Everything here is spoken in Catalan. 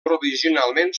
provisionalment